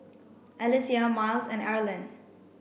Alesia Myles and Arlen